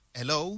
Hello